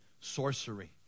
Sorcery